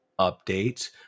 update